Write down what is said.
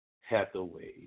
Hathaway